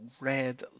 red